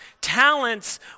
Talents